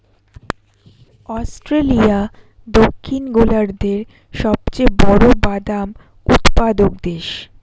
Australia দক্ষিণ গোলার্ধের সবচেয়ে বড় বাদাম উৎপাদক দেশ